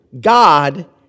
God